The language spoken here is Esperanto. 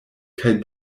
kaj